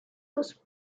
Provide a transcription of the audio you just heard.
was